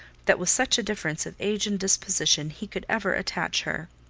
that with such a difference of age and disposition he could ever attach her.